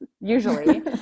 usually